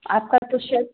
आपका क्वेश्चन